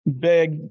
big